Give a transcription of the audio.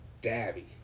Dabby